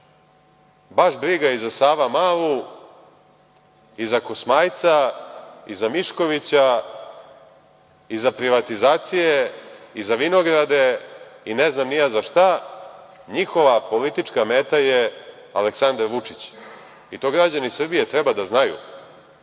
baš briga i za Savamalu i za Kosmajca i za Miškovića i za privatizacije i za vinograde i ne znam ni ja za šta, njihova politička meta je Aleksandar Vučić i to građani Srbije treba da znaju. Pola